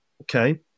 Okay